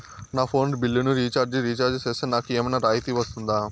నా ఫోను బిల్లును recharge recharge సేస్తే, నాకు ఏమన్నా రాయితీ వస్తుందా?